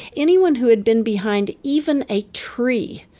anyone who had been behind even a tree,